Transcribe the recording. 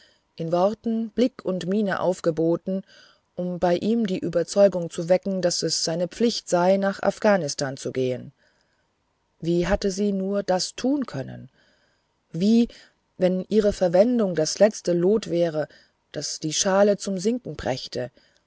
in worten blick und miene aufgeboten um bei ihm die überzeugung zu wecken daß es seine pflicht sei nach afghanistan zu gehen wie hatte sie nur das tun können wie wenn ihre verwendung das letzte lot wäre das die schale zum sinken brächte